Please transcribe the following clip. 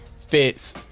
fits